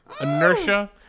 inertia